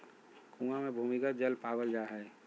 कुआँ मे भूमिगत जल पावल जा हय